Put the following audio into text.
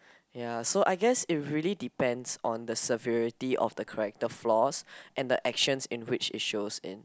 ya so I guess it really depends on the severity of the character flaws and the actions in which it shows then